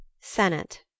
senate